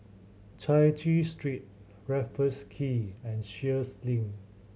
Chai Chee Street Raffles Quay and Sheares Link